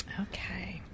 okay